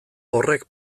horrek